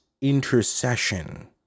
intercession